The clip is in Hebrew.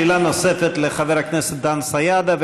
שאלה נוספת לחבר הכנסת דן סידה,